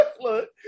Look